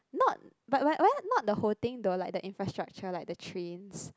not by right one not the whole things through like the infrastructure like the trains